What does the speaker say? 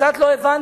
קצת לא הבנתי,